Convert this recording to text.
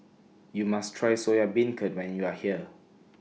YOU must Try Soya Beancurd when YOU Are here